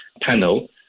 panel